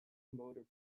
motor